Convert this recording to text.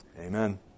Amen